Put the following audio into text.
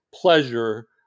pleasure